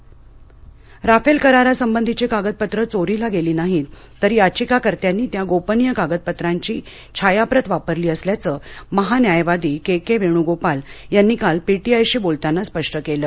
Rafale Rafale करारा संबंधीची कागदपत्र चोरीला गेली नाहीत तर याचिकाकर्त्यांनी त्या गोपनीय कागदपत्रांची छायाप्रत वापरली असल्याचं महान्यायवादी के के वेणू गोपाल यांनी काल पी टी आय शी बोलताना स्पष्ट केलं